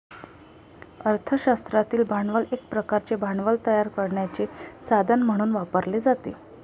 अर्थ शास्त्रातील भांडवल एक प्रकारचे भांडवल तयार करण्याचे साधन म्हणून वापरले जाते